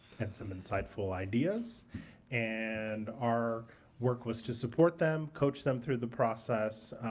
and some insightful ideas and our work was to support them, coach them through the process,